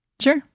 Sure